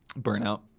Burnout